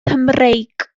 cymreig